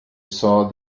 saw